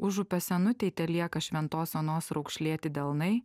užupio senutei telieka šventos onos raukšlėti delnai